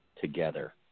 together